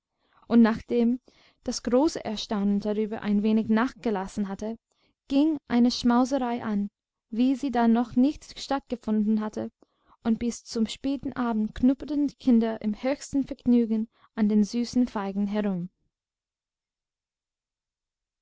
und nachdem das große erstaunen darüber ein wenig nachgelassen hatte ging eine schmauserei an wie sie da noch nicht stattgefunden hatte und bis zum späten abend knupperten die kinder im höchsten vergnügen an den süßen feigen herum